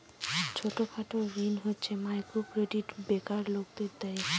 ছোট খাটো ঋণ হচ্ছে মাইক্রো ক্রেডিট বেকার লোকদের দেয়